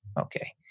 okay